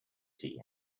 city